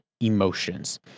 emotions